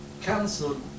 cancelled